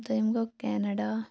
دٔیِم گوٚو کٮ۪نَڈا